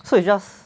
so it's just